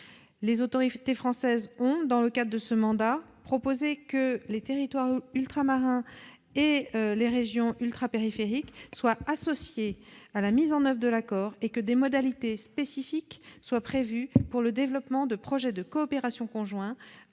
Les autorités françaises ont proposé que les territoires ultramarins et les régions ultrapériphériques soient associés à la mise en oeuvre de l'accord et que des modalités spécifiques soient prévues pour le développement de projets de coopération conjoints